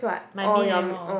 my main anymore